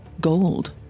gold